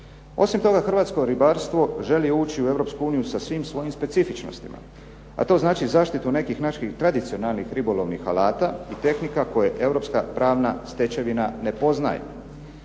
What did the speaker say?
Osim toga Hrvatsko ribarstvo želi ući u Europsku uniju sa svim svojim specifičnostima, a to znači zaštitu nekih naših tradicionalnih ribolovnih alata i tehnika koje Europska pravna stečevina ne poznaje.